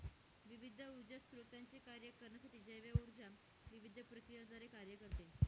विविध ऊर्जा स्त्रोतांचे कार्य करण्यासाठी जैव ऊर्जा विविध प्रक्रियांद्वारे कार्य करते